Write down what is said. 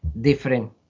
different